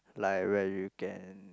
like where you can